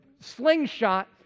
slingshot